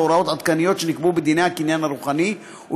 להוראות עדכניות שנקבעו בדיני הקניין הרוחני,